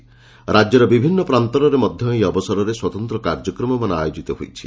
ରାକ୍ୟର ବିଭିନୁ ପ୍ରାନ୍ତରରେ ମଧ ଏହି ଅବସରରେ ସ୍ୱତନ୍ତ କାର୍ଯ୍ୟକ୍ରମମାନ ଆୟୋଜିତ ହୋଇଛି